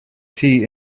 tea